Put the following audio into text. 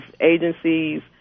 agencies